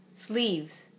Sleeves